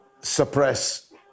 suppress